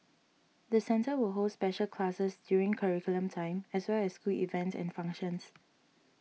the centre will hold special classes during curriculum time as well as school events and functions